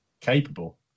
capable